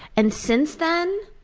and, since then,